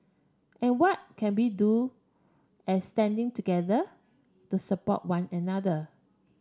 and what can we do as standing together to support one another